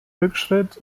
rückschritt